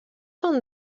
són